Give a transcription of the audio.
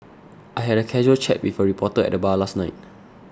I had a casual chat with a reporter at the bar last night